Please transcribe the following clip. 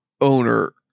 owner